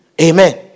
Amen